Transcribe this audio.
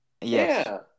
Yes